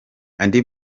andi